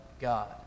God